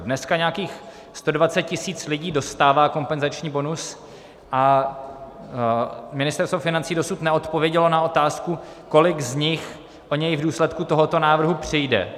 Dneska nějakých 120 tisíc lidí dostává kompenzační bonus a Ministerstvo financí dosud neodpovědělo na otázku, kolik z nich o něj v důsledku tohoto návrhu přijde.